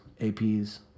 APs